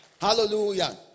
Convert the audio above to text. Hallelujah